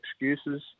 excuses